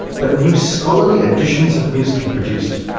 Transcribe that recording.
but new scholarly editions of music are produced,